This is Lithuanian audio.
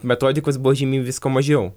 metodikos buvo žymiai visko mažiau